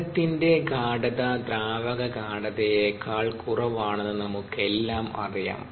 ഖരത്തിന്റെ ഗാഢത ദ്രാവകഗാഢതയേക്കാൾ കുറവാണെന്ന് നമുക്കെല്ലാം അറിയാം